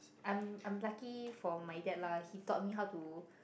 I'm I'm lucky for my dad lah he taught me how to